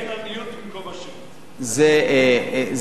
נושא שלצערי,